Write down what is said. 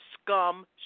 scum